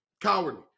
Cowardly